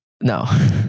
No